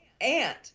aunt